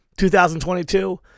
2022